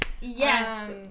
Yes